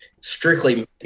strictly